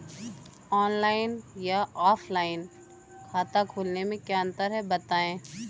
Online या offline खाता खोलने में क्या अंतर है बताएँ?